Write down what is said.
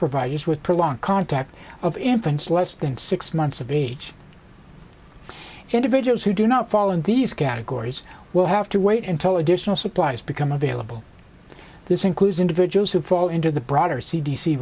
providers with prolonged contact of infants less than six months of age individuals who do not fall in these categories will have to wait until additional supplies become available this includes individuals who fall into the broader c